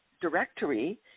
directory